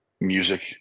music